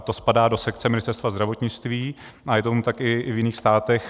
To spadá do sekce Ministerstva zdravotnictví a je tomu tak i v jiných státech.